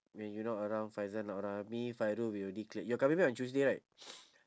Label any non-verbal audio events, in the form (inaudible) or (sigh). when you not around faizah not around me fairul we already we cleared you're coming back on tuesday right (noise)